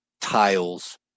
tiles